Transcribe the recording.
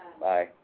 Bye